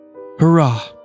Hurrah